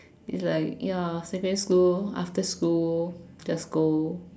it's like ya secondary school after school just go